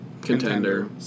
Contender